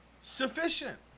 sufficient